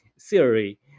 theory